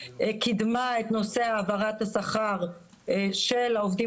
קידמה את נושא העברת הסחר של העובדים